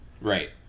Right